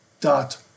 dot